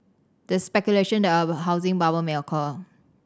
there is speculation that a housing bubble may occur